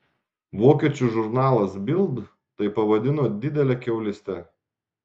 vokiečių žurnalas bild tai pavadino didele kiaulyste